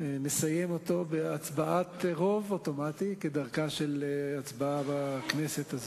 בשעות של מלחמה, בתקופות קשות,